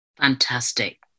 Fantastic